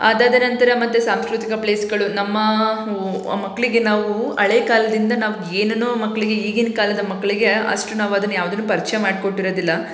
ಅದಾದ ನಂತರ ಮತ್ತು ಸಾಂಸ್ಕೃತಿಕ ಪ್ಲೇಸ್ಗಳು ನಮ್ಮ ಓ ಮಕ್ಕಳಿಗೆ ನಾವು ಹಳೆಕಾಲ್ದಿಂದ ನಾವು ಏನನ್ನೋ ಮಕ್ಕಳಿಗೆ ಈಗಿನ ಕಾಲದ ಮಕ್ಕಳಿಗೆ ಅಷ್ಟು ನಾವು ಅದನ್ನು ಯಾವ್ದನ್ನೂ ಪರಿಚಯ ಮಾಡ್ಕೊಟ್ಟಿರೋದಿಲ್ಲ